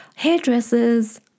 hairdressers